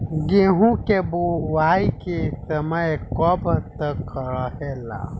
गेहूँ के बुवाई के समय कब तक रहेला?